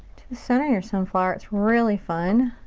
the center of your sunflower, it's really fun.